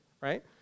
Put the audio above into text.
right